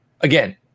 Again